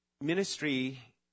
Ministry